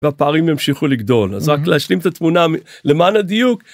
והפערים ימשיכו לגדול אז רק להשלים את התמונה למען הדיוק